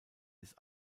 ist